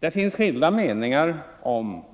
Det finns skilda meningar om